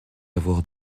avoir